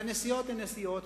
והנסיעות הן נסיעות.